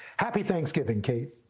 happy thanksgiving, kate.